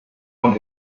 von